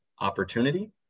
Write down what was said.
opportunity